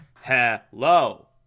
Hello